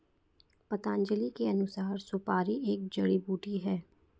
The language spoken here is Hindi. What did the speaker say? पतंजलि के अनुसार, सुपारी एक जड़ी बूटी है